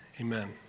amen